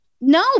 No